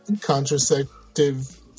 contraceptive